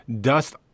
dust